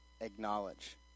acknowledge